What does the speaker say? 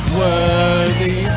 worthy